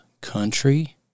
country